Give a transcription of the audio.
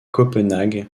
copenhague